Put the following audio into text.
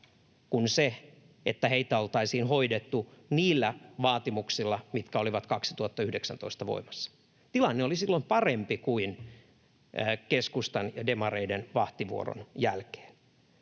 kuin se, että heitä oltaisiin hoidettu niillä vaatimuksilla, mitkä olivat 2019 voimassa. Tilanne oli silloin parempi kuin keskustan ja demareiden vahtivuoron jälkeen.